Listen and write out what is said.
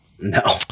No